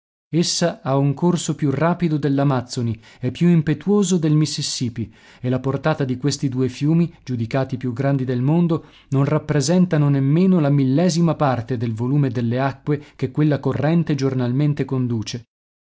ha un corso più rapido dell'amazzoni e più impetuoso del mississippi e la portata di questi due fiumi giudicati i più grandi del mondo non rappresentano nemmeno la millesima parte del volume delle acque che quella corrente giornalmente conduce